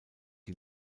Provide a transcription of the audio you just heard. die